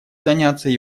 заняться